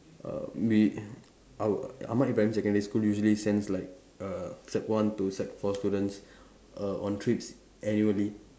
uh we our Ahmad Ibrahim secondary school usually sends like err sec one to sec four students err on trips annually